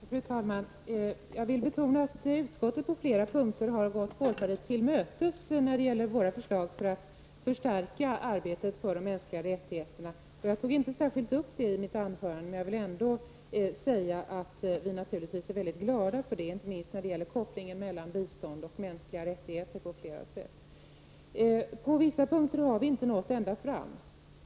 Fru talman! Jag vill betona att utskottet på flera punkter har gått folkpartiet till mötes när det gäller våra förslag för att förstärka arbetet för de mänskliga rättigheterna. Jag tog inte särskilt upp detta i mitt anförande, men jag vill ändå säga att vi naturligtvis är glada för detta, inte minst när det gäller kopplingen mellan bistånd och mänskliga rättigheter på flera sätt. På vissa punkter har vi inte nått ända fram.